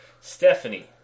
Stephanie